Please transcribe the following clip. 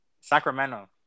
Sacramento